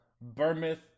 Bournemouth